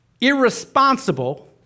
irresponsible